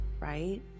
right